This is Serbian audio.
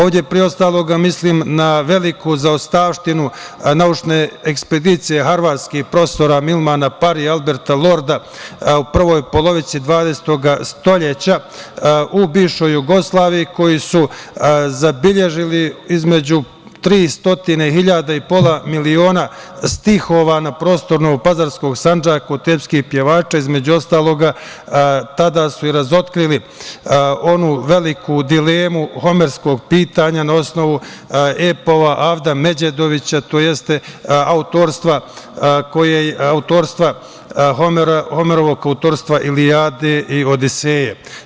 Ovde, pre svega mislim na veliku zaostavštinu naučne ekspedicije harvardskih prostora Milmana Parija, Alberta Lorda u prvoj polovini XX veka u bivšoj Jugoslaviji koji su zabeležili između 300.000 i pola miliona stihova na prostoru Novopazarskog Sandžaka …pevača, između ostalog tada su i razotkrili onu veliku dilemu Homerskog pitanja na osnovu epova, Avda Međedovića, tj. autorstva Homerovog Ilijade i Odiseje.